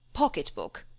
pocket-book?